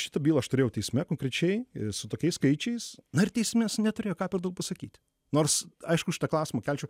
šitą bylą aš turėjau teisme konkrečiai ir su tokiais skaičiais na ir teismas neturėjo ką per daug pasakyti nors aišku šitą klausimą kelčiau